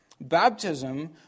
Baptism